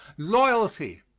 loyalty,